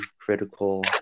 Critical